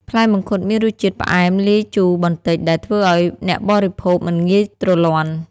ផ្លែមង្ឃុតមានរសជាតិផ្អែមលាយជូរបន្តិចដែលធ្វើឲ្យអ្នកបរិភោគមិនងាយទ្រលាន់។